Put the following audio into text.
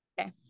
okay